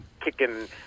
kicking